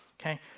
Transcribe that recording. okay